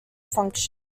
functions